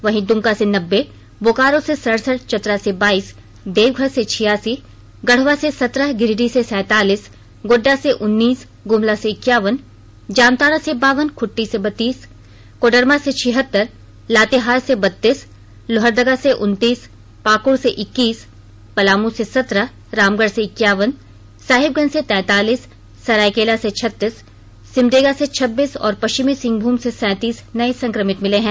वहीं दुमका से नब्बे बोकारो से सड़सठ चतरा से बाईस देवघर से छियासी गढ़वा से सत्रह गिरिडीह से सैतालीस गोड़डा से उन्नीस गुमला से इक्यावन जामताड़ा से बावन खूंटी से बत्तीस कोडरमा से छिहत्तर लातेहार से बत्तीस लोहरदगा से उन्नतीस पाकुड़ से इक्कीस पलामू से सत्रह रामगढ़ से इक्यावन साहिबगंज से तैतालीस सरायकेला से छत्तीस सिमडेगा से छब्बीस और पश्चिमी सिंहभूम से सैंतीस नए संक्रमित मिले हैं